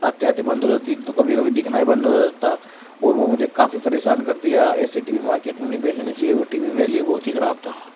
आते आते बंद हो जाती है तो कभी कभी दिखना ही बंद हो जाता था और वह मुझे काफी परेशान कर दिया ऐसे टी वी मार्केट में नहीं बेचने चाहिए वो टी वी मेरे लिए बहुत ही ख़राब था